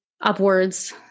upwards